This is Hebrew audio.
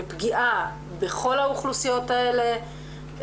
ופגיעה בכל האוכלוסיות האלה,